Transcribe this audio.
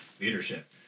leadership